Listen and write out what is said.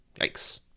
yikes